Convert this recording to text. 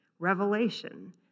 Revelation